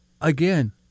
again